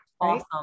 Awesome